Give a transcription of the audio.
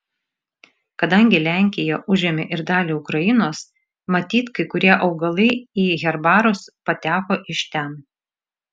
kadangi lenkija užėmė ir dalį ukrainos matyt kai kurie augalai į herbarus pateko iš ten